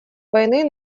войны